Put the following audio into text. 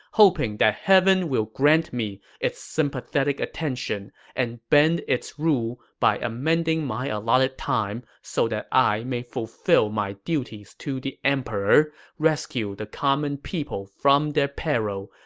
hoping heaven will grant me its sympathetic attention and bend its rule by amending my allotted time so that i may fulfill my duties to the emperor, rescue the common people from their peril,